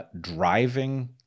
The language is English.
driving